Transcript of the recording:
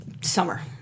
summer